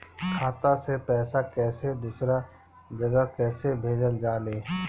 खाता से पैसा कैसे दूसरा जगह कैसे भेजल जा ले?